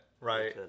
right